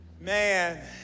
Man